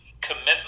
commitment